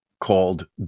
called